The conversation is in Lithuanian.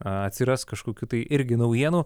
atsiras kažkokių tai irgi naujienų